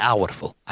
Powerful